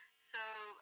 so